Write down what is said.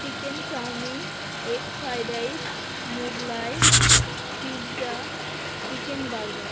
chicken chowmein egg fried rice Mughlai pizza chicken burger